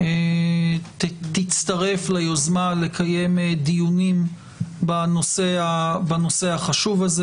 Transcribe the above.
תצטרף ליוזמה לקיים דיונים בנושא החשוב הזה.